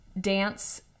dance